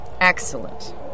Excellent